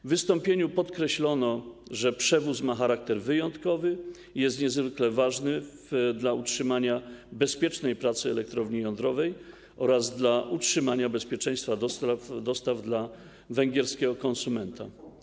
W wystąpieniu podkreślono, że przewóz ma charakter wyjątkowy, jest niezwykle ważny dla utrzymania bezpiecznej pracy elektrowni jądrowej oraz dla utrzymania bezpieczeństwa dostaw dla węgierskiego konsumenta.